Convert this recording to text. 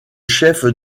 chef